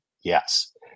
Yes